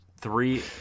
three